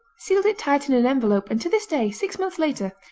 sealed it tight in an envelope, and to this day, six months later,